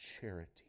charity